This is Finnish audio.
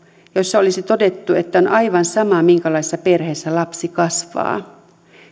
joissa olisi todettu että on aivan sama minkälaisessa perheessä lapsi kasvaa